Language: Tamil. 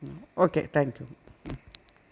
ம் ஓகே தேங்க்யூங்க